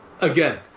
again